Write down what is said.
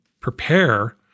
prepare